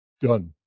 done